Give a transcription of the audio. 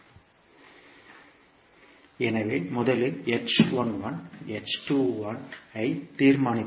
எனவே முதலில் h11 h21 ஐ தீர்மானிப்போம்